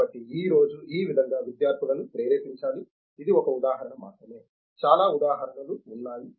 కాబట్టి ఈ రోజు ఈ విధంగా విద్యార్థులను ప్రేరేపించాలి ఇది ఒక ఉదాహరణ మాత్రమే చాలా ఉదాహరణలు ఉన్నాయి